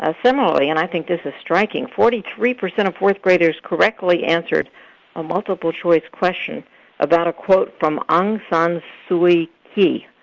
ah similarly, and i think this is striking, forty three percent of fourth graders correctly answered a multiple choice question about a quote from aung san suu kyi,